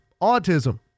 autism